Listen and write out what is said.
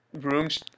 rooms